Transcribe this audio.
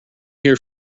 here